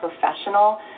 professional